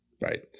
Right